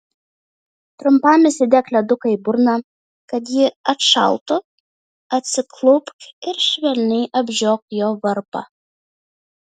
trumpam įsidėk leduką į burną kad ji atšaltų atsiklaupk ir švelniai apžiok jo varpą